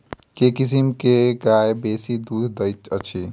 केँ किसिम केँ गाय बेसी दुध दइ अछि?